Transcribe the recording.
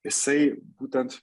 jisai būtent